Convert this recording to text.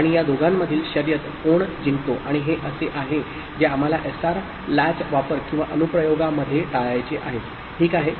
आणि या दोघांमधील शर्यत कोण जिंकतो आणि हे असे आहे जे आम्हाला एसआर लॅच वापर किंवा अनुप्रयोगामध्ये टाळायचे आहे ठीक आहे